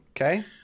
Okay